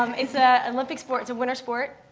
um it's ah an olympic sport. it's a winter sport.